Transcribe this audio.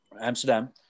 Amsterdam